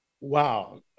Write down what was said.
Wow